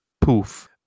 Poof